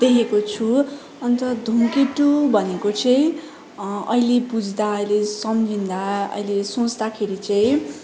देखेको छु अन्त धुमकेतु भनेको चाहिँ अहिले बुझ्दा अहिले सम्झिँदा अहिले सोँच्दाखेरि चाहिँ